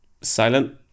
silent